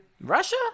Russia